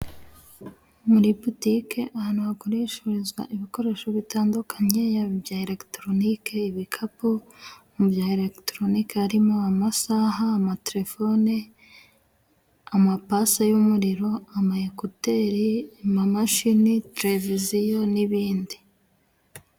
Muri butike ahantu hagurishirizwa ibikoresho bitandukanye yaba ibya elegitoronike, ibikapu, mu bya elegitoronike harimo amasaha, amatelefone, amapase y'umuriro, amayekuteri, amamashini, televiziyo n'ibindi.